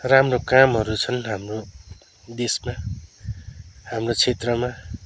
राम्रो कामहरू छन् हाम्रो देशमा हाम्रो क्षेत्रमा